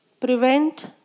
Prevent